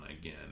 again